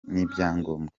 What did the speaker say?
n’ibyangombwa